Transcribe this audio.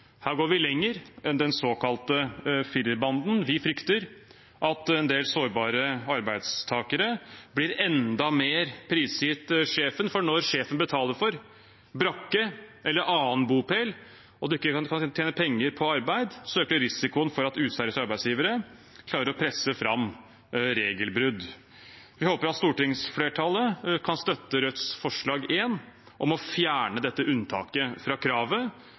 Her går vi lenger enn den såkalte firerbanden. Vi frykter at en del sårbare arbeidstakere blir enda mer prisgitt sjefen, for når sjefen betaler for brakke eller annen bopel og man ikke engang kan tjene penger på arbeid, øker risikoen for at useriøse arbeidsgivere klarer å presse fram regelbrudd. Jeg håper at stortingsflertallet kan støtte Rødts forslag nummer 1, om å fjerne dette unntaket fra kravet